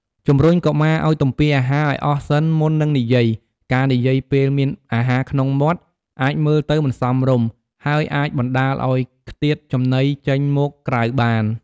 ជំរុញកុមារឲ្យទំពារអាហារឲ្យអស់សិនមុននឹងនិយាយ ការនិយាយពេលមានអាហារក្នុងមាត់ អាចមើលទៅមិនសមរម្យ ហើយអាចបណ្តាលឲ្យខ្ទាតចំណីចេញមកក្រៅបាន។